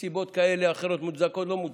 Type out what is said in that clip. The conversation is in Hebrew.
מסיבות כאלה או אחרות, מוצדקות או לא מוצדקות,